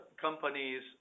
companies